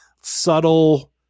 subtle